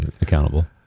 accountable